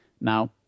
Now